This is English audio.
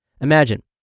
Imagine